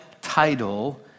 title